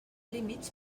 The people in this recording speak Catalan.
límits